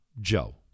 Joe